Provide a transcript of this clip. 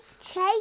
chase